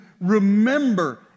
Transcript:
remember